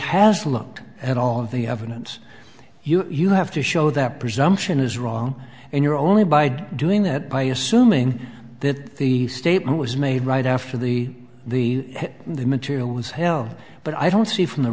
has looked at all the evidence you have to show that presumption is wrong and you're only by doing that by assuming that the statement was made right after the the material was hell but i don't see from the